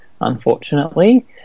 unfortunately